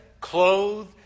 clothed